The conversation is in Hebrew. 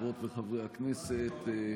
חברות וחברי הכנסת,